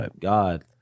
God